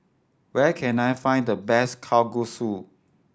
where can I find the best Kalguksu